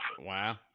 Wow